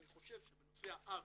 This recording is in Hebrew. אני חושב שבנושא ה-RSO,